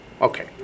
Okay